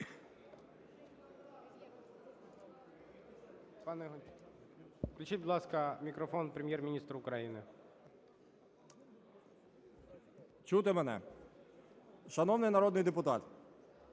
Чути мене? Шановний народний депутат,